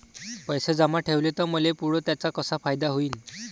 पैसे जमा ठेवले त मले पुढं त्याचा कसा फायदा होईन?